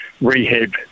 rehab